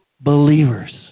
believers